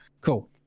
Cool